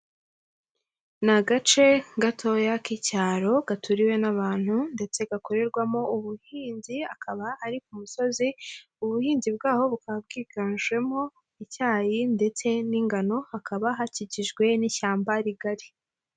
Ni agace gatoya k'icyaro gaturiwe n'abantu ndetse gakorerwamo ubuhinzi, akaba ari ku musozi ubuhinzi bwaho bukaba bwiganjemo icyayi ndetse n'ingano, hakaba hakikijwe n'ishyamba rigari.